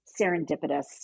serendipitous